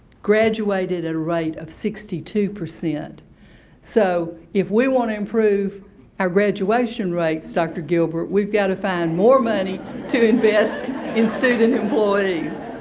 graduated at a rate of sixty two. so, if we want to improve our graduation rates, dr. gilbert, we've got to find more money to invest in student employees.